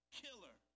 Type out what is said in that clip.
killer